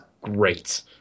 great